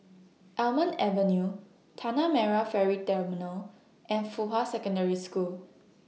Almond Avenue Tanah Merah Ferry Terminal and Fuhua Secondary School